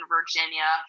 Virginia